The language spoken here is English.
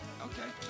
Okay